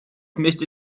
müsste